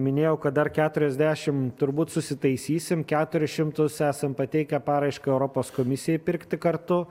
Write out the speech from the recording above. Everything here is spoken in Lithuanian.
minėjau kad dar keturiasdešimt turbūt susitaisysim keturis šimtus esam pateikę paraišką europos komisijai pirkti kartu